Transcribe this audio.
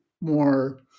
more